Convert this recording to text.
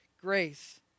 grace